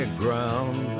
ground